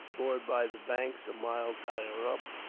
moored by the bank some miles higher up,